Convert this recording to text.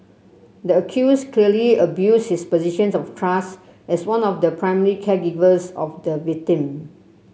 the accused clearly abuses his position of trust as one of the primary caregivers of the victim